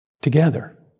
together